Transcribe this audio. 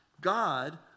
God